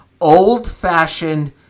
old-fashioned